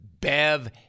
Bev